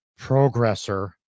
progressor